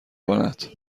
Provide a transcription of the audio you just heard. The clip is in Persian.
کند